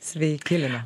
sveiki lina